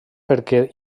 perquè